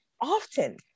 often